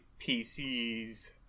PCs